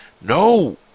No